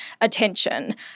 attention